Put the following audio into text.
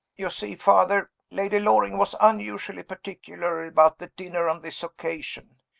you see, father, lady loring was unusually particular about the dinner on this occasion.